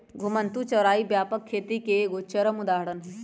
घुमंतू चराई व्यापक खेती के एगो चरम उदाहरण हइ